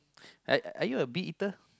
are are you a big eater